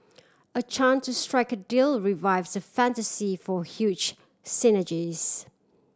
a chance to strike a deal revives the fantasy for huge synergies